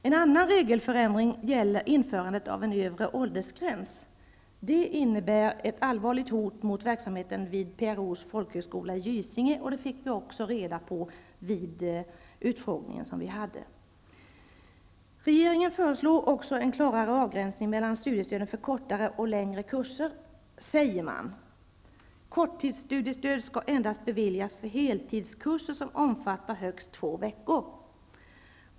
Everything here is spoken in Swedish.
En annan regelförändring gäller införandet av en övre åldersgräns. Det innebär ett allvarligt hot mot verksamheten vid PRO:s folkhögskola i Gysinge, vilket vi också fick reda på vid den utfrågning som utskottet hade. Regeringen föreslår också en klarare avgränsning mellan studiestöden för kortare och längre kurser, säger man. Korttidsstudiestöd skall endast beviljas för heltidskurser som omfattar högst två veckor.